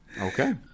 Okay